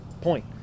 point